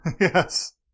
Yes